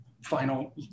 final